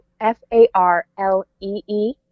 f-a-r-l-e-e